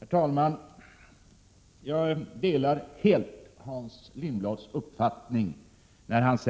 Herr talman! Jag delar helt Hans Lindblads uppfattning att